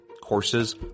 courses